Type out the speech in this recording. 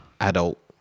adult